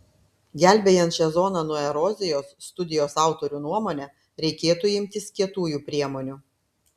gelbėjant šią zoną nuo erozijos studijos autorių nuomone reikėtų imtis kietųjų priemonių